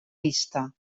vista